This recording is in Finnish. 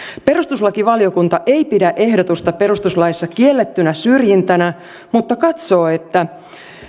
perustuslakivaliokunta ei pidä ehdotusta perustuslaissa kiellettynä syrjintänä mutta katsoo että